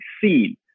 seen